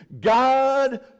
God